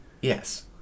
Yes